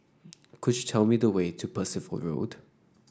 could you tell me the way to Percival Road